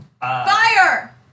Fire